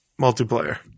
Multiplayer